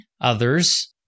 others